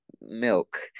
milk